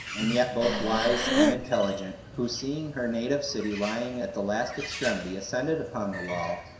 and yet both wise and intelligent, who seeing her native city lying at the last extremity, ascended upon the wall,